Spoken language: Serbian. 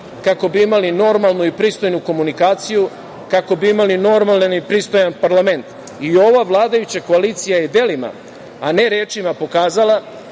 kako bi imali normalnu i pristojnu komunikaciju, kako bi imali normalan i pristojan parlament. Ova vladajuća koalicija je delima, a ne rečima pokazala